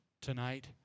tonight